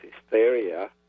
hysteria